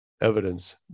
evidence